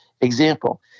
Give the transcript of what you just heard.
example